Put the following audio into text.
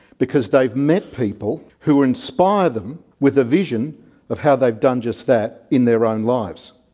because they've met people who inspire them with a vision of how they've done just that in their own lives.